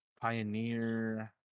Pioneer